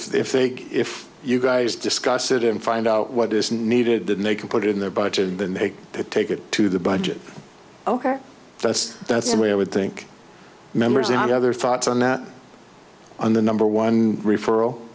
can if you guys discuss it in find out what is needed then they can put it in their budget and then they take it to the budget ok that's that's the way i would think members and other thoughts on that on the number one referral